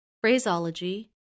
phraseology